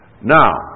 Now